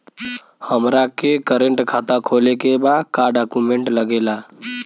हमारा के करेंट खाता खोले के बा का डॉक्यूमेंट लागेला?